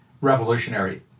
revolutionary